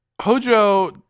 Hojo